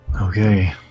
Okay